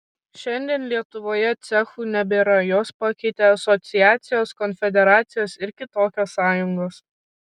šiandien lietuvoje cechų nebėra juos pakeitė asociacijos konfederacijos ir kitokios sąjungos